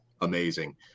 amazing